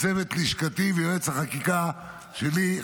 לצוות לשכתי ויועץ החקיקה שלי,